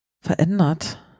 verändert